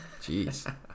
Jeez